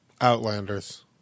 Outlanders